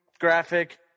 graphic